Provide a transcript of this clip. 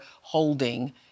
holding